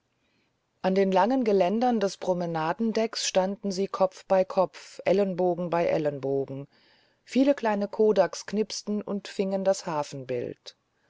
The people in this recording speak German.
an den langen geländern des promenadendecks standen kopf bei kopf ellenbogen bei ellenbogen viele kleine kodaks knipsten und fingen das hafenbild